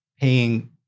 paying